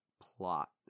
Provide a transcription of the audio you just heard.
plot